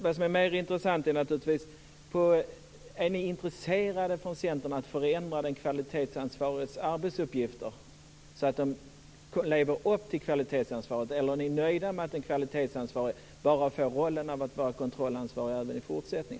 Vad som är mer intressant är naturligtvis att få ett svar på frågan om ni i Centern är intresserade av att förändra den kvalitetsansvariges arbetsuppgifter så att man lever upp till kvalitetsansvaret? Eller är ni nöjda med att den kvalitetsansvarige även i fortsättningen får rollen att bara vara kontrollansvarig?